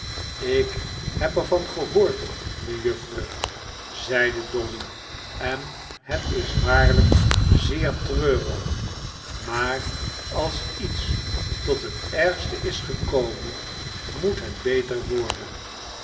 ik heb er van gehoord mejuffer zeide dolly en het iswaarlijk zeer treurig maar als iets tot het ergste is gekomen moet het beter worden